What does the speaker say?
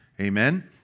Amen